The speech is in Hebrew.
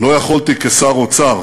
לא הייתי יכול כשר האוצר